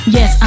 Yes